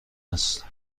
است